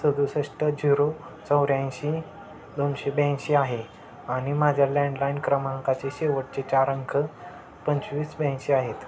सदुसष्ट झिरो चौऱ्याऐंशी दोनशे ब्याऐंशी आहे आणि माझ्या लँडलाईन क्रमांकाचे शेवटचे चार अंक पंचवीस ब्याऐंशी आहेत